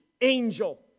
angel